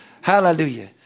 Hallelujah